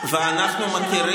ולכן אין